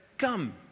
Come